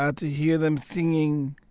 ah to hear them singing,